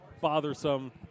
bothersome